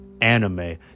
anime